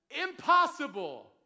Impossible